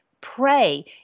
pray